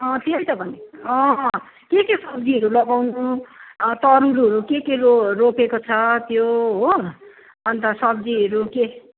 त्यही त भनेको के के सब्जीहरू लगाउनु तरुलहरू के के रो रोप्नु रोपेको छ त्यो हो अन्त सब्जीहरू के